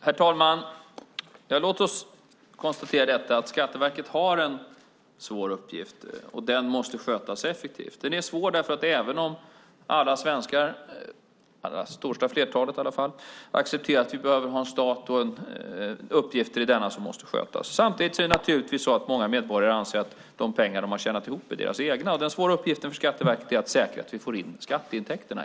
Herr talman! Låt oss konstatera att Skatteverket har en svår uppgift som måste skötas effektivt. Även om de flesta svenskar accepterar att vi måste ha en stat och att uppgifter i denna måste skötas anser samtidigt många medborgare att de pengar de har tjänat ihop är deras egna. Den svåra uppgiften för Skatteverket är att säkra att vi får in skatteintäkterna.